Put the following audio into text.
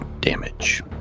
damage